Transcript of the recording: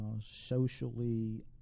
socially